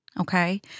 Okay